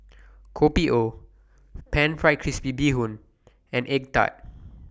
Kopi O Pan Fried Crispy Bee Hoon and Egg Tart